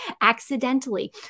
accidentally